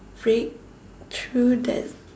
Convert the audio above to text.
fake through that